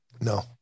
No